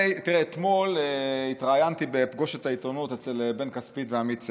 אתמול התראיינתי בפגוש את העיתונות אצל בן כספית ועמית סגל,